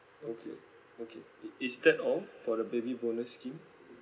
okay okay is is that all for the baby bonus scheme